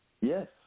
Yes